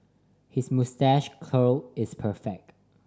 his moustache curl is perfect